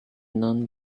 non